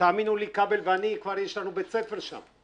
ותאמינו לי, כבל ואני כבר יש לנו בית ספר שם.